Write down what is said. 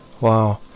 Wow